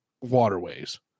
waterways